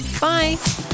bye